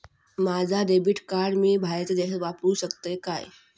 माझा debit card मी बाहेरच्या देशात वापरू शकतय काय?